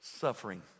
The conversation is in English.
suffering